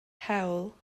hewl